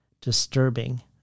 disturbing